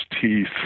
teeth